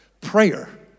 prayer